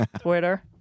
Twitter